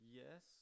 yes